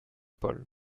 paul